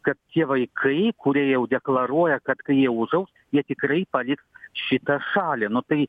kad tie vaikai kurie jau deklaruoja kad kai jie užaugs jie tikrai paliks šitą šalį nu tai